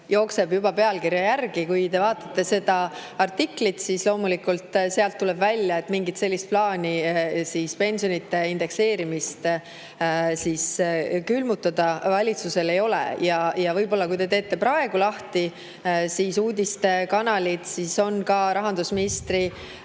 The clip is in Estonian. jookseb juba pealkirja järgi. Kui te [loete] seda artiklit, siis loomulikult sealt tuleb välja, et mingit plaani pensionide indekseerimist külmutada valitsusel ei ole. Ja kui te ehk teete praegu lahti uudistekanalid, siis on ka rahandusministri